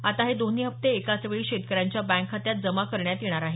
आता हे दोन्ही हप्ते एकाच वेळी शेतकऱ्यांच्या बँक खात्यात जमा करण्यात येत आहेत